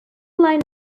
line